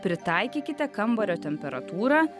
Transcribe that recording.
pritaikykite kambario temperatūrą